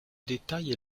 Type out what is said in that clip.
détaille